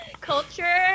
Culture